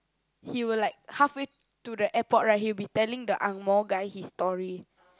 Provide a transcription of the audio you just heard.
he will like halfway to the airport right he will be telling the angmoh guy his story